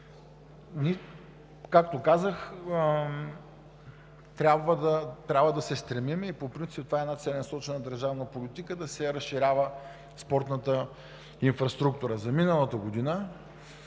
както казах, трябва да се стремим и по принцип това е една целенасочена държавна политика – да се разширява спортната инфраструктура. За миналата година